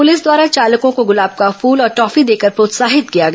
police द्वारा चालकों को गुलाब का फूल और टॉफी देकर प्रोत्साहित किया गया